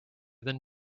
than